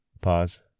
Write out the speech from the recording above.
pause